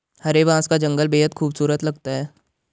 हरे बांस का जंगल बेहद खूबसूरत लगता है